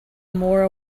more